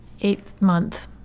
eight-month